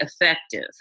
effective